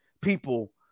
people